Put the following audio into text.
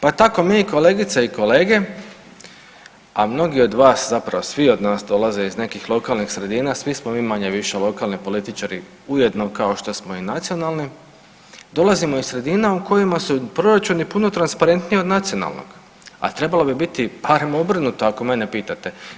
Pa tako mi kolegice i kolege a mnogi od vas, zapravo svi od nas dolaze iz nekih lokalnih sredina, svi smo mi manje-više lokalni političari ujedno kao što smo i nacionalni, dolazimo iz sredina u kojima su proračunu puno transparentiji od nacionalnog a trebalo bi biti barem obrnuto ako mene pitate.